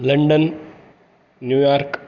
London New York